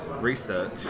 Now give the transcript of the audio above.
research